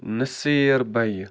Naseer بَیہِ